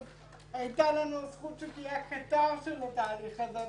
אז היתה לנו זכות שתהיה הקטר של התהליך הזה,